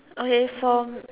okay for